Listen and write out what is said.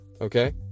okay